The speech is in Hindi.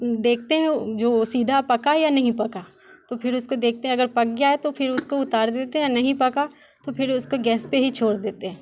देखते हैं जो सीधा पका या नहीं पका तो फिर उसको देखते हैं अगर पक गया है तो फिर उसको उतार देते हैं और नहीं पका तो फिर उसको गैस पे ही छोड़ देते हैं